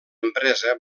empresa